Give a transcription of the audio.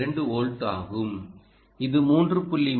2 volt ஆகும் இது 3